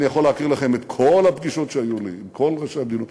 אני יכול להקריא לכם את כל הפגישות שהיו לי עם כל ראשי המדינות,